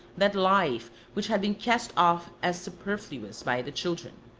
that life which had been cast off as superfluous by the children.